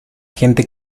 gente